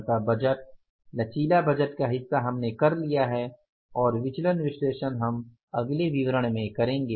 अतः बजट लचीला बजट का हिस्सा हमने कर लिया है और विचलन विश्लेषण हम अगले विवरण में करेंगे